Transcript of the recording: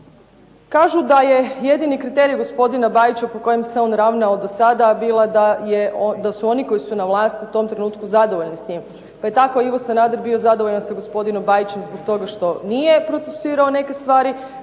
Kažu da je jedini kriterij gospodina Bajića po kojem se on ravnao do sada bila da su oni koji su na vlasti u tom trenutku zadovoljni s njim, pa je tako Ivo Sanader bio zadovoljan sa gospodinom Bajićem zbog toga što nije procesuirao neke stvari.